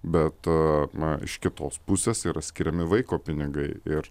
bet na iš kitos pusės yra skiriami vaiko pinigai ir